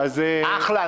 אחלה.